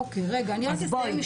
אוקיי רגע אני רק אסיים.